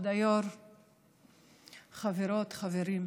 כבוד היו"ר, חברות, חברים,